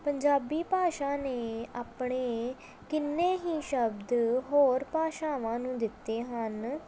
ਪੰਜਾਬੀ ਭਾਸ਼ਾ ਨੇ ਆਪਣੇ ਕਿੰਨੇ ਹੀ ਸ਼ਬਦ ਹੋਰ ਭਾਸ਼ਾਵਾਂ ਨੂੰ ਦਿੱਤੇ ਹਨ